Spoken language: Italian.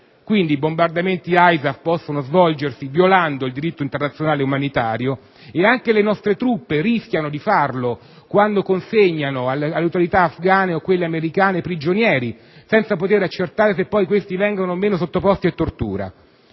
Quindi, i bombardamenti ISAF possono svolgersi violando il diritto internazionale umanitario e anche le nostre truppe rischiano di farlo quando consegnano alle autorità afgane o a quelle americani i prigionieri, senza poter accertare se poi questi vengono o meno sottoposti a tortura.